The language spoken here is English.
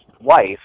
wife